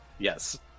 Yes